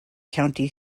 county